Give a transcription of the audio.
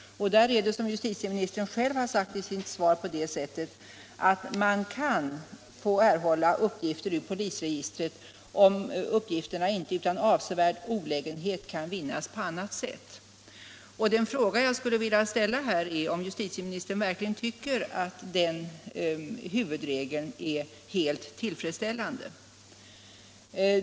Som justitieministern själv sagt i sitt svar är det på det sättet att man kan erhålla uppgifter ur polisregistret om uppgifterna ”inte utan avsevärd olägenhet kan vinnas på annat sätt”. Den fråga jag skulle vilja ställa här är om justitieministern verkligen tycker att den huvudregeln är helt tillfredsställande.